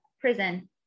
Prison